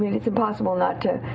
it's impossible not to